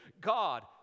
God